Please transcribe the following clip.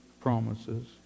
promises